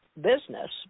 business